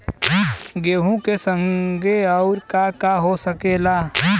गेहूँ के संगे अउर का का हो सकेला?